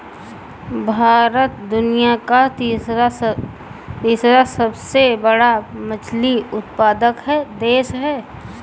भारत दुनिया का तीसरा सबसे बड़ा मछली उत्पादक देश है